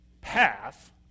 path